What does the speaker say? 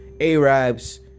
Arabs